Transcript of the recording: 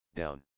down